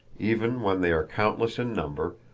even when they are countless in number,